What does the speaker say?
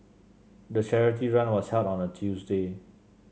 the charity run was held on a Tuesday